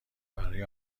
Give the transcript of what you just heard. برای